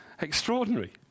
Extraordinary